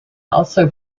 also